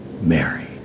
married